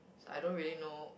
I don't really know